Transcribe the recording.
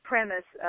premise